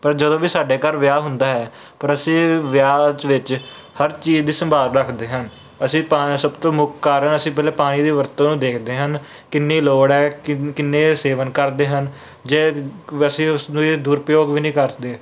ਪਰ ਜਦੋਂ ਵੀ ਸਾਡੇ ਘਰ ਵਿਆਹ ਹੁੰਦਾ ਹੈ ਪਰ ਅਸੀਂ ਵਿਆਹ ਚ ਵਿੱਚ ਹਰ ਚੀਜ਼ ਦੀ ਸੰਭਾਲ ਰੱਖਦੇ ਹਨ ਅਸੀਂ ਤਾਂ ਸਭ ਤੋਂ ਮੁੱਖ ਕਾਰਨ ਅਸੀਂ ਪਹਿਲਾਂ ਪਾਣੀ ਦੀ ਵਰਤੋਂ ਨੂੰ ਦੇਖਦੇ ਹਨ ਕਿੰਨੀ ਲੋੜ ਹੈ ਕਿਨ ਕਿੰਨੇ ਸੇਵਨ ਕਰਦੇ ਹਨ ਜੇ ਅਸੀਂ ਉਸ ਨੂੰ ਦੁਰਉਪਯੋਗ ਵੀ ਨਹੀਂ ਕਰਦੇ